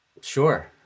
Sure